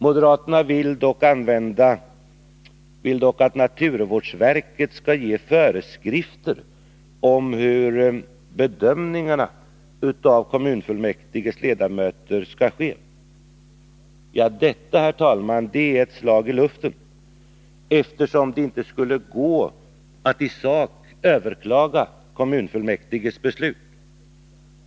Moderaterna vill dock att naturvårdsverket skall ge föreskrifter om hur kommunfullmäktiges bedömningar skall göras. Detta, herr talman, är ett slag i luften, eftersom det inte skulle gå att i sak överklaga kommunfullmäktiges beslut.